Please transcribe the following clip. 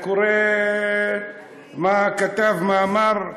מה כתב, מה אמר?